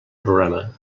programa